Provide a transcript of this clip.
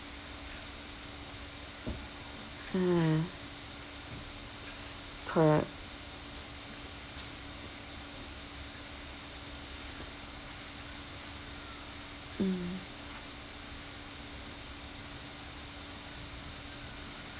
ha correct mm